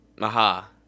Aha